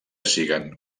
siguen